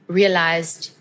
realized